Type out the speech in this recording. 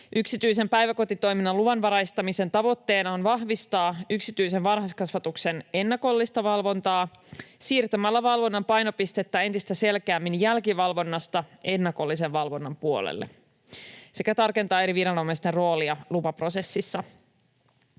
Yksityisen päiväkotitoiminnan luvanvaraistamisen tavoitteena on vahvistaa yksityisen varhaiskasvatuksen ennakollista valvontaa siirtämällä valvonnan painopistettä entistä selkeämmin jälkivalvonnasta ennakollisen valvonnan puolelle sekä tarkentaa eri viranomaisten roolia lupaprosessissa.